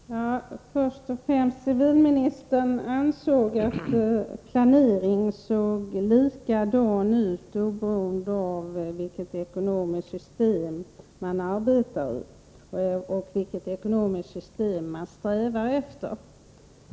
Herr talman! Först och främst: Civilministern anser att planering ser likadan ut oberoende av vilket ekonomiskt system man arbetar i och vilket ekonomiskt system man strävar efter.